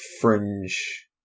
fringe